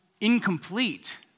incomplete